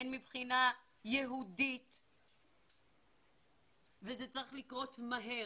הן מבחינה יהודית, וזה צריך לקרות מהר.